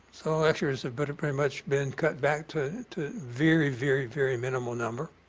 so lecture is but pretty much been cut back to to very, very, very minimal number.